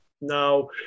Now